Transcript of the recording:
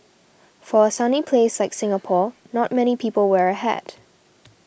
for a sunny place like Singapore not many people wear a hat